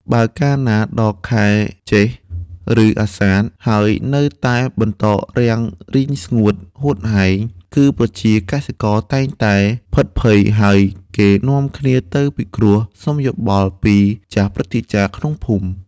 បើកាលណាដល់ខែជេស្ឋ ឬអាសាឍហើយនៅតែបន្តរាំងរីងស្ងួតហួតហែង គឺប្រជាកសិករតែងតែភិតភ័យហើយគេនាំគ្នាទៅពិគ្រោះសុំយោបល់ពីចាស់ព្រឹទ្ធាចារ្យក្នុងភូមិ។